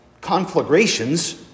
conflagrations